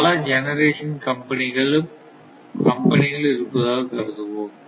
பல ஜெனரேஷன் கம்பெனிகள் இருப்பதாக கருதுவோம்